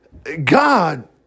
God